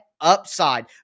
upside